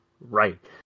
right